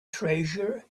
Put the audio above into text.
treasure